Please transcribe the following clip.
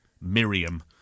Miriam